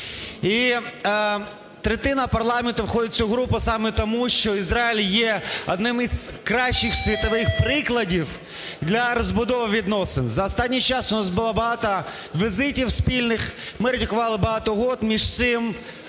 І третина парламенту входить в цю групу саме тому, що Ізраїль є одним із кращих світових прикладів для розбудови відносин. За останній час у нас було багато візитів спільних. Ми ратифікували багато угод. Між тим,